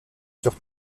sur